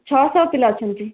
ଛଅଶହ ପିଲା ଅଛନ୍ତି